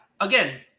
again